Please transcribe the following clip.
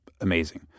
amazing